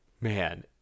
man